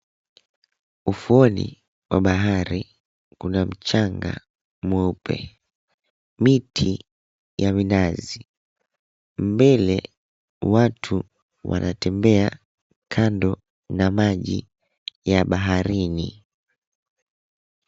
Ufuoni mwa bahari kuna mchanga mweupe, miti ya minazi, mbele watu wanatembea kando na maji ya baharini.